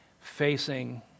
facing